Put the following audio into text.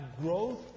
growth